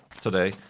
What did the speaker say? today